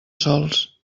sols